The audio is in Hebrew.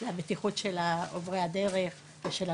הבטיחות של עוברי הדרך ושל הנהגים,